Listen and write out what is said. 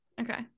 Okay